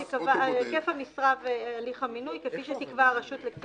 היקף המשרה והליך המינוי - כפי שתקבע הרשות לקצין